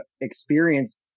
experience